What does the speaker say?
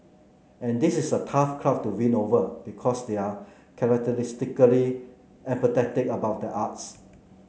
and this is a tough crowd to win over because they are characteristically apathetic about the arts